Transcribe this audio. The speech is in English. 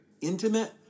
intimate